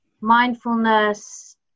mindfulness